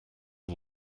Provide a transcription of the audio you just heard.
aux